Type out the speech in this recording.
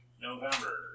November